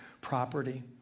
property